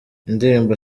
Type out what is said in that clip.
indirimbo